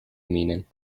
meaning